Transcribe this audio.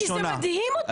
כי זה מדהים אותי.